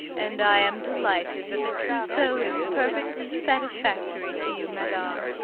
and i am delighted that the trousseau is perfectly satisfactory to you, madame.